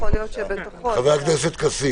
חבר הכנסת כסיף,